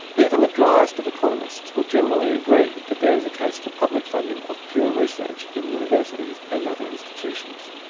even the driest of economists will generally agree that there is a case for public funding of pure research in universities and other institutions.